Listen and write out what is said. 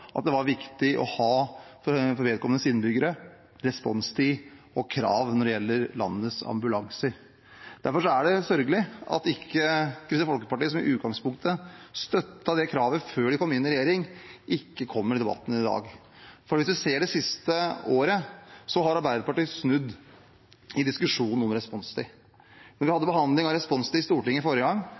at det var viktig for kommunens innbyggere med responstid og krav når det gjelder landets ambulanser. Derfor er det sørgelig at Kristelig Folkeparti, som i utgangspunktet støttet kravet – før de kom inn i regjering – ikke deltar i debatten i dag. I det siste året har Arbeiderpartiet snudd i diskusjonen om responstid. Da vi hadde behandling av responstid i Stortinget forrige gang,